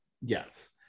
Yes